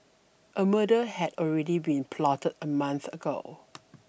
a murder had already been plotted a month ago